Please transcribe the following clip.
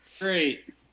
Great